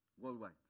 worldwide